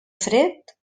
fred